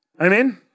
Amen